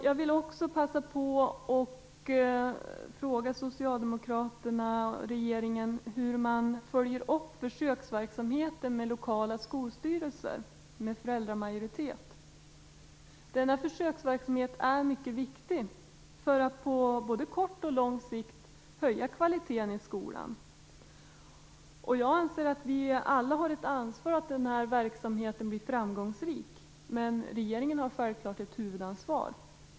Jag vill också passa på att fråga Socialdemokraterna och regeringen hur man följer upp försöksverksamheten med lokala skolstyrelser med föräldramajoritet. Denna försöksverksamhet är mycket viktig för att på både kort och lång sikt höja kvaliteten i skolan. Jag anser att vi alla har ett ansvar för att denna verksamhet blir framgångsrik, men att regeringen självklart har ett huvudansvar.